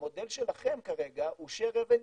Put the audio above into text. המודל שלכם כרגע הוא share avenue